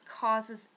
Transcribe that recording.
causes